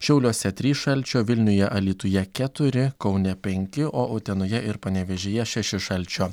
šiauliuose trys šalčio vilniuje alytuje keturi kaune penki o utenoje ir panevėžyje šeši šalčio